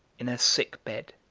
in a sick bed,